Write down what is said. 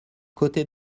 côté